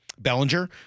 Bellinger